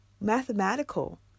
mathematical